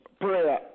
Prayer